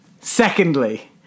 secondly